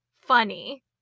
funny